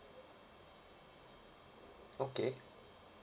okay